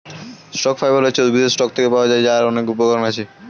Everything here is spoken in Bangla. স্টক ফাইবার হচ্ছে উদ্ভিদের স্টক থেকে পাওয়া যায়, যার অনেক উপকরণ আছে